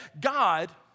God